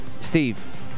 Steve